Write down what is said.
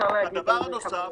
ואפשר --- הדבר הנוסף,